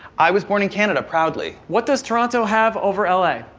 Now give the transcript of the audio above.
i was born in canada, proudly. what does toronto have over l a?